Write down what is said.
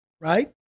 right